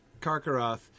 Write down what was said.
Karkaroth